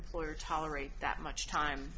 employer tolerate that much time